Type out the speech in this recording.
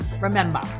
remember